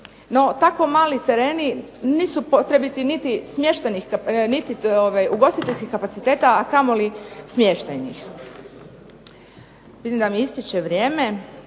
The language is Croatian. No, tako mali tereni nisu potrebiti niti ugostiteljskih kapaciteta, a kamoli smještajnih. Vidim da mi ističe vrijeme,